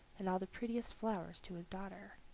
and all the prettiest flowers to his daughter.